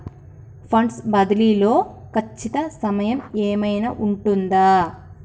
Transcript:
Funds బదిలీ లో ఖచ్చిత సమయం ఏమైనా ఉంటుందా?